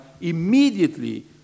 immediately